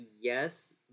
yes